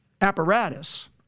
apparatus –